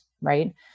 right